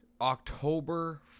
October